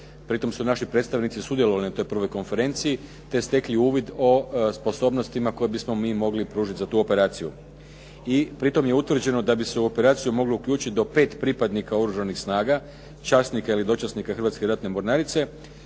Pritom su naši predstavnici sudjelovali na toj prvoj konferenciji te stekli uvid o sposobnostima koje bismo mi mogli pružiti za tu operaciju i pritom je utvrđeno da bi se u operaciju moglo uključiti do pet pripadnika oružanih snaga, časnika ili dočasnika Hrvatske ratne mornarice